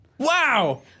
Wow